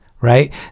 right